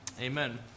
Amen